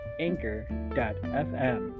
anchor.fm